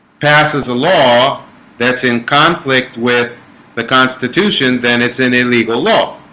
passes a law that's in conflict with the constitution, then it's an illegal law